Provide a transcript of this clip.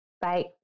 Bye